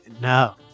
No